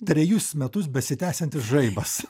trejus metus besitęsiantis žaibas